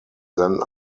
then